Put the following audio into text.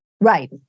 Right